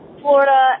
Florida